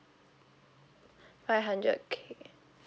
five hundred K